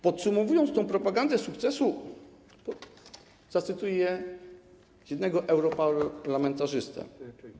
Podsumowując tę propagandę sukcesu, zacytuję jednego europarlamentarzystę.